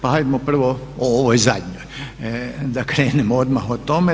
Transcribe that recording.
Pa hajmo prvo o ovoj zadnjoj, da krenemo odmah o tome.